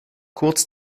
kurz